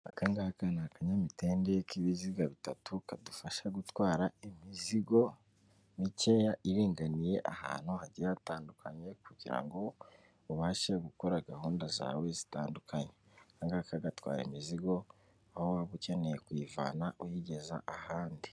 Aka ngaka ni akanyamitende k'ibiziga bitatu, kadufasha gutwara imizigo mikeya iringaniye ahantu hagiye hatandukanye, kugira ngo ubashe gukora gahunda zawe zitandukanye. Aka gaka gatwara imizigo aho waba ukeneye kuyivana uyigeza ahandi.